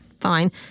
fine